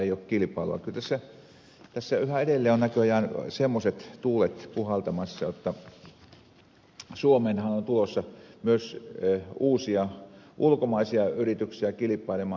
kyllä tässä yhä edelleen ovat näköjään semmoiset tuulet puhaltamassa jotta suomeenhan on tulossa myös uusia ulkomaisia yrityksiä kilpailemaan